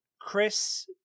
Chris